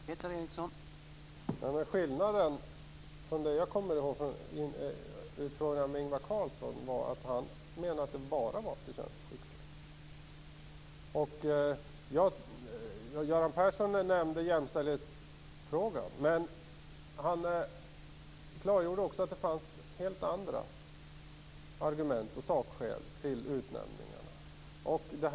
Herr talman! Skillnaden - som jag kommer ihåg den - vid utfrågningen av Ingvar Carlsson var att han sade att det bara var förtjänst och skicklighet som räknades. Göran Persson nämnde jämställdhetsfrågan, men han klargjorde också att det fanns helt andra argument och sakskäl till de utnämningar som har gjorts.